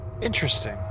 Interesting